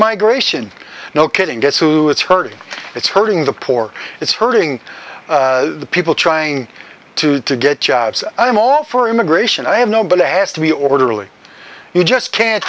migration no kidding guess who it's hurting it's hurting the poor it's hurting the people trying to to get jobs i'm all for immigration i have no but i asked to be orderly you just can't